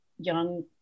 young